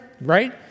Right